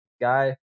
guy